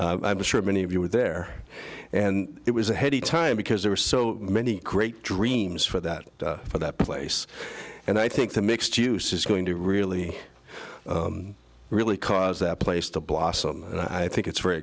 d i'm sure many of you were there and it was a heady time because there were so many great dreams for that for that place and i think the mixed use is going to really really cause that place to blossom and i think it's very